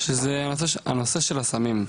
שזה הנושא של הסמים.